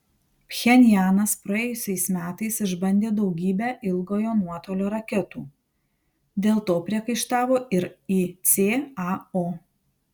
pchenjanas praėjusiais metais išbandė daugybę ilgojo nuotolio raketų dėl to priekaištavo ir icao